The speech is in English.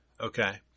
Okay